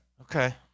Okay